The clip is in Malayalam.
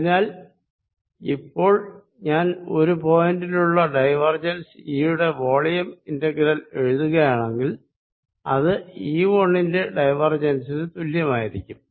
അതിനാൽ ഇപ്പോൾ ഞാൻ ഒരു പോയിന്റിലുള്ള ഡൈവേർജെൻസ് E യുടെ വോളിയം ഇന്റഗ്രൽ എഴുതുകയാണെങ്കിൽ അത് E1 ന്റെ ഡൈവേർജൻസിനു തുല്യമായിരിക്കും